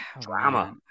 drama